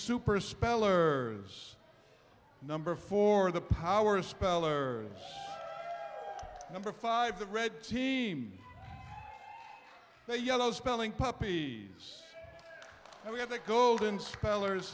super speller is number four the power speller number five the red team a yellow spelling puppies we have the golden spellers